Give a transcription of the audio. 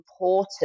important